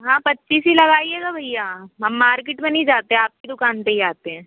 हाँ पच्चीस ही लगाइएगा भैया हम मार्केट में नहीं जाते हैं हम आप की दुकान पर ही आते हैं